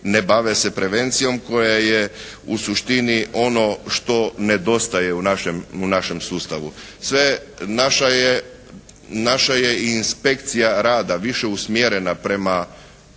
ne bave se prevencijom koja je u suštini ono što nedostaje u našem sustavu. Naša je i Inspekcija rada više usmjerena prema